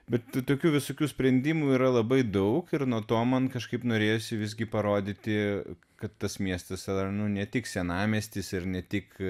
bet tokių visokių sprendimų yra labai daug ir nuo to man kažkaip norėjosi visgi parodyti kad tas miestas yra nu ne tik senamiestis ir ne tik